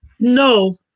No